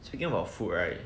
speaking about food right